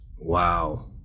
Wow